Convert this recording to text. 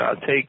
take